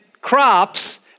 crops